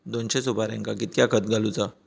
दोनशे सुपार्यांका कितक्या खत घालूचा?